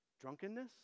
Drunkenness